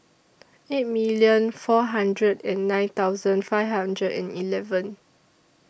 eight million four hundred and nine thousand five hundred and eleven